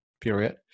period